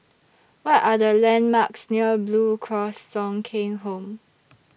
What Are The landmarks near Blue Cross Thong Kheng Home